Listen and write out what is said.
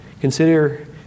Consider